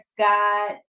Scott